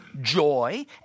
joy